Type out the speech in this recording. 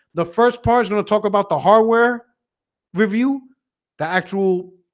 the first part is going to talk about the hardware review the actual